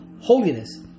holiness